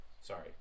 Sorry